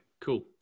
cool